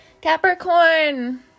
Capricorn